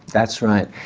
that's right.